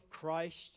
Christ